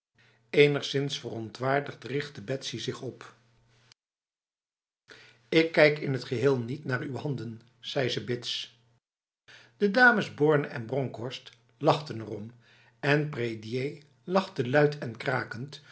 enigszins verontwaardigd richtte betsy zich op ik kijk in t geheel niet naar uw handen zei ze bits de dames borne en bronkhorst lachten erom en prédier lachte luid en krakend